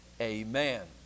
amen